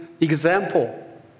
example